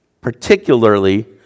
particularly